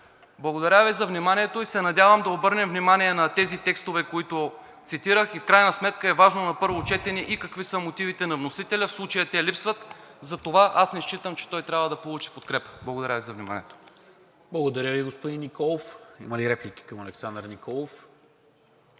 Благодаря Ви за вниманието. Надявам се да обърнем внимание на тези текстове, които цитирах. В крайна сметка е важно на първо четене и какви са мотивите на вносителя. В случая те липсват. Затова не считам, че той трябва да получи подкрепа. Благодаря Ви за вниманието. ПРЕДСЕДАТЕЛ НИКОЛА МИНЧЕВ: Благодаря Ви, господин Николов. Има ли реплики към Александър Николов?